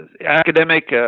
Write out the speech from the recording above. academic